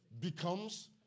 becomes